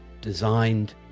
designed